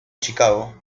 chicago